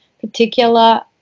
particular